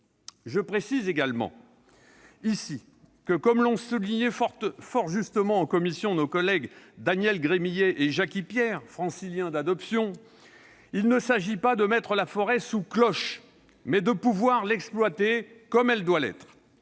Je précise également ici que, comme l'ont souligné fort justement en commission nos collègues Daniel Gremillet Jackie Pierre, Franciliens d'adoption, il s'agit non pas de mettre la forêt « sous cloche », mais de pouvoir l'exploiter comme elle doit l'être.